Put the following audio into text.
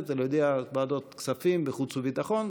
ולהודיע על ועדות כספים וחוץ וביטחון.